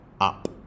up